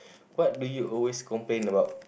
what do you always complain about